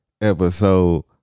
episode